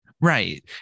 Right